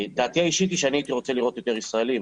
דעתי האישית היא שאני הייתי רוצה לראות יותר ישראלים,